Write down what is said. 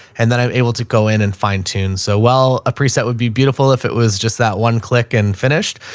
and then i'm able to go in and fine tune. so well a preset would be beautiful if it was just that one click and finished.